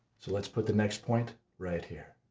so let's put the next point right here.